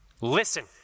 Listen